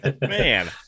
man